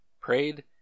prayed